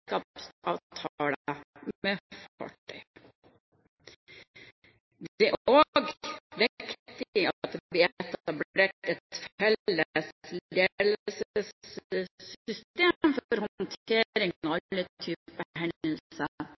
med fartøy. Det er også viktig at det blir etablert et felles ledelsessystem for håndtering av alle typer hendelser